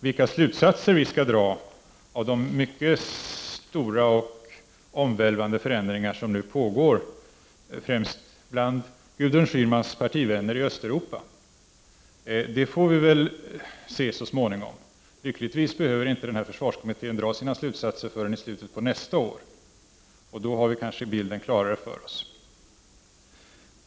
Vilka slutsatser vi skall dra av de mycket stora och omvälvande föränd ringar som nu pågår, främst bland Gudrun Schymans partivänner i Östeuropa, får vi väl se så småningom. Lyckligtvis behöver inte denna försvarskommitté dra sina slutsatser förrän i slutet av nästa år, och då har kanske bilden klarnat för oss.